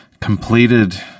completed